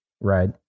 right